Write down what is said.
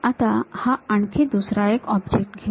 आता हा आणखी दुसरा एक ऑब्जेक्ट घेऊ